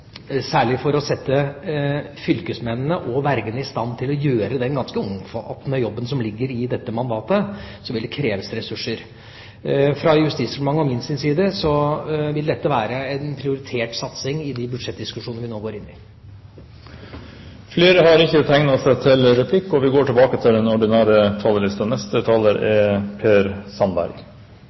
særlig for å sette fylkesmennene og vergene i stand til å gjøre den ganske omfattende jobben som ligger i dette mandatet, så vil det kreves ressurser. Fra Justisdepartementets og min side vil dette være en prioritert satsing i de budsjettdiskusjoner vi nå går inn i. Flere har ikke bedt om ordet til replikk.